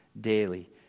daily